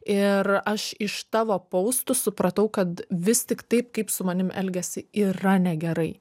ir aš iš tavo poustų supratau kad vis tik taip kaip su manim elgiasi yra negerai